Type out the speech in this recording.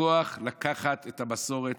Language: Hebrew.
בכוח, לקחת את המסורת,